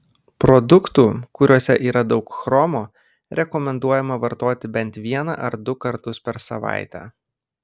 produktų kuriuose yra daug chromo rekomenduojama vartoti bent vieną ar du kartus per savaitę